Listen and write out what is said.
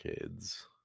kids